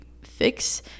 fix